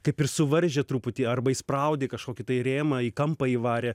kaip ir suvaržė truputį arba įspraudė į kažkokį tai rėmą į kampą įvarė